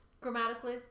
grammatically